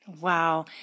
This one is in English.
Wow